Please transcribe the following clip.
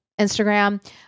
Instagram